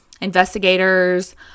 Investigators